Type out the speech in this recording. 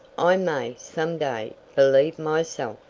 i may, some day, believe myself!